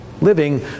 living